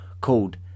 called